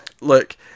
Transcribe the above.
Look